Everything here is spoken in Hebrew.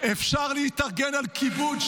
אפשר להתארגן על כיבוד,